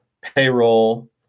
payroll